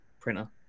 printer